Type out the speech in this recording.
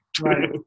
right